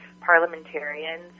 parliamentarians